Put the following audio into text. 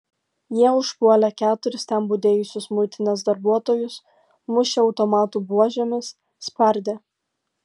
jie užpuolė keturis ten budėjusius muitinės darbuotojus mušė automatų buožėmis spardė